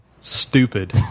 stupid